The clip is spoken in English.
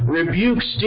rebukes